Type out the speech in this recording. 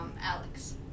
Alex